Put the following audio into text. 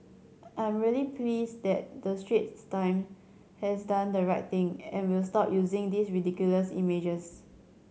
I'm really pleased that the Straits Times has done the right thing and will stop using these ridiculous images